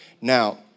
Now